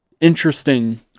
interesting